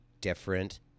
different